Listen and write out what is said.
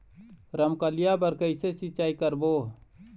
रमकलिया बर कइसे सिचाई करबो?